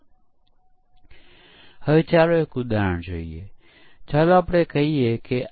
water fall મોડેલમાં પરીક્ષણ ક્યારે હાથ ધરવામાં આવે છે